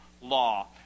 Law